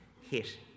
hit